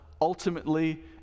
ultimately